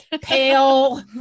Pale